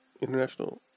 International